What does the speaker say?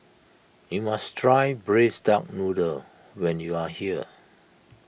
you must try Braised Duck Noodle when you are here